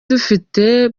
dufite